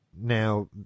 now